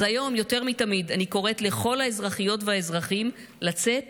אז היום יותר מתמיד אני קוראת לכל האזרחיות והאזרחים לצאת